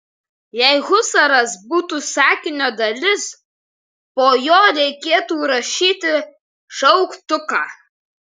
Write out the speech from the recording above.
jei husaras būtų sakinio dalis po jo reikėtų rašyti šauktuką